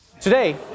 Today